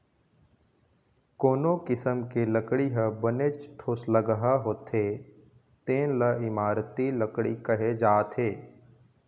कोनो किसम के लकड़ी ह बनेच ठोसलगहा होथे तेन ल इमारती लकड़ी कहे जाथे